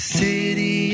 city